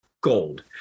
gold